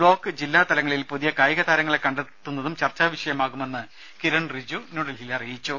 block ജില്ലാ തലങ്ങളിൽ പുതിയ കായിക താരങ്ങളെ കണ്ടെത്തുന്നത് ചർച്ചാ വിഷയമാകുമെന്ന് കിരൺ റിജിജു അറിയിച്ചു